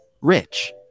rich